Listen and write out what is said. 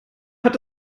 hat